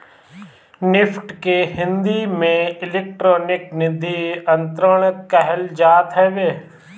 NEFT के हिंदी में electronic निधि अंतरण कहल जात हवे